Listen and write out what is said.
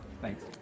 Thanks